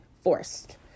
forced